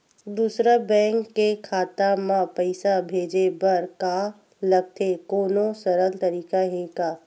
दूसरा बैंक के खाता मा पईसा भेजे बर का लगथे कोनो सरल तरीका हे का?